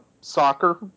soccer